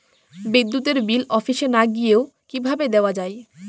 বিদ্যুতের বিল অফিসে না গিয়েও কিভাবে দেওয়া য়ায়?